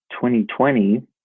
2020